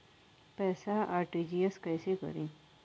पैसा आर.टी.जी.एस कैसे करी?